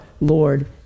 Lord